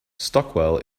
stockwell